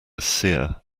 seer